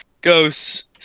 ghosts